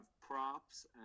props